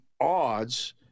odds